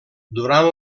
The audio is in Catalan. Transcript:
durant